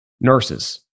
nurses